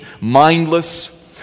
mindless